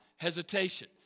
Hesitation